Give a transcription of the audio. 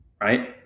right